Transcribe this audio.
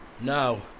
No